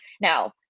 now